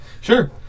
Sure